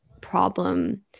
problem